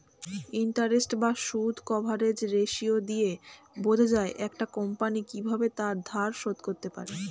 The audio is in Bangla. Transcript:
ইন্টারেস্ট বা সুদ কভারেজ রেশিও দিয়ে বোঝা যায় একটা কোম্পানি কিভাবে তার ধার শোধ করতে পারে